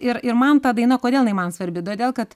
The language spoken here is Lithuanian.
ir ir man ta daina kodėl jinai man svarbi todėl kad